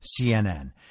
CNN